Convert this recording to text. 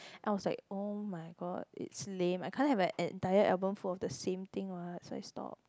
I was like oh-my-god it's lame I can't have a entire album for the same thing what so I was like stops